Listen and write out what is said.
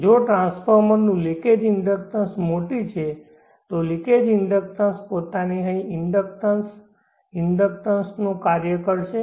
જો ટ્રાન્સફોર્મરનું leakage inductance મોટી છે તો લિકેજ ઇન્ડક્ટન્સ પોતાને અહીં ઇન્ડક્ટન્સ ઇન્ડક્ટક્ટરનું કાર્ય કરશે